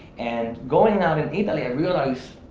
and going out in italy i realized